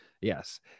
Yes